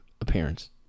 appearance